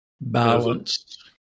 Balanced